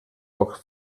poc